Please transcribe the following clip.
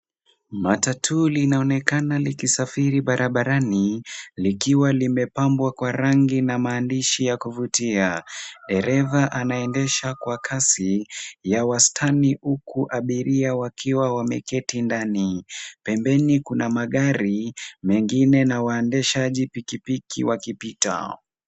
Matatu linaonekana likisafiri barabarani, likiwa limepambwa kwa rangi na maandishi ya kuvutia. Dereva anaendesha kwa kasi ya wastani huku abiria wakiwa wameketi ndani. Pembeni kuna magari mengine na waendeshaji pikipiki wakipita.